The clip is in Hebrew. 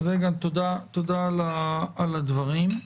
תודה על הדברים.